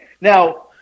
Now